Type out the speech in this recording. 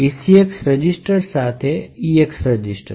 ECX register સાથે EX register